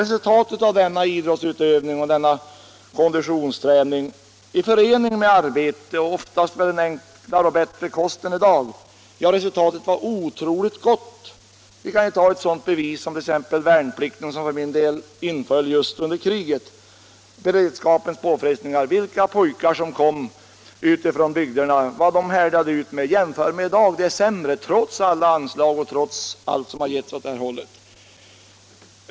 Resultatet av denna idrottsutövning och denna konditionsträning i förening med arbete och en oftast enklare och bättre kost än i dag var otroligt gott. Som bevis kan jag nämna värnplikten, som för min del inföll just under kriget. Vilka påfrestningar de pojkar som kom utifrån bygderna härdade ut med! Jämför det med hur det är i dag! Det är sämre, trots alla anslag och trots allt som har satsats på idrott.